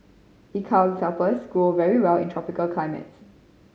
eucalyptus grow very well in tropical climates